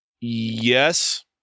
Yes